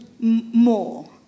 More